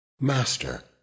Master